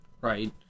right